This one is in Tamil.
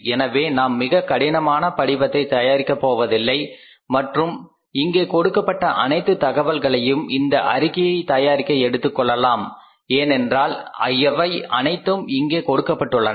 எனவே நாம் மிகக் கடினமான படிவத்தை தயாரிக்கப் போவதில்லை அல்லது இங்கே கொடுக்கப்பட்ட அனைத்து தகவல்களையும் இந்த அறிக்கையை தயாரிக்க எடுத்துக்கொள்ளலாம் ஏனென்றால் அவை அனைத்தும் இங்கே கொடுக்கப்பட்டுள்ளன